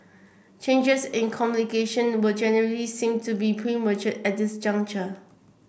changes in communication were generally seen to be premature at this